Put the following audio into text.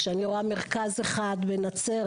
כשאני רואה מרכז אחד בנצרת,